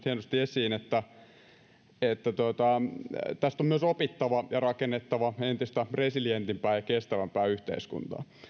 hienosti esiin että tästä on myös opittava ja rakennettava entistä resilientimpää ja kestävämpää yhteiskuntaa